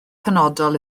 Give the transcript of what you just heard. penodol